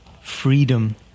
Freedom